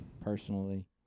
personally